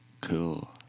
Cool